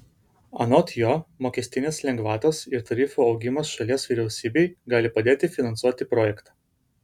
anot jo mokestinės lengvatos ir tarifų augimas šalies vyriausybei gali padėti finansuoti projektą